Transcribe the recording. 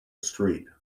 street